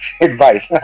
advice